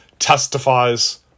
testifies